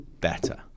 better